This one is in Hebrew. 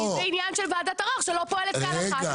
אם זה עניין של ועדת ערער שלא פועלת כהלכה,